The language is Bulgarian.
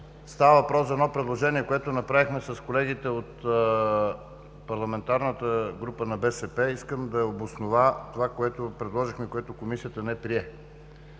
става въпрос за едно предложение, което направихме с колегите от Парламентарната група на БСП, искам да обоснова това, което предложихме и Комисията не прие.